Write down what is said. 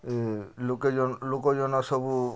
ଏ ଲୋକେ ଲୋକଜନ ସବୁ